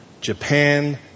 Japan